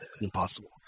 impossible